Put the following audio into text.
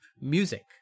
music